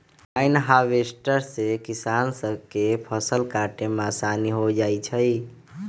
combine harvester से किसान स के फसल काटे में आसानी हो जाई छई